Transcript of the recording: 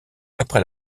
après